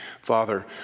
Father